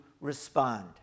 respond